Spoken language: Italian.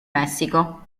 messico